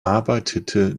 arbeitete